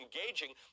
engaging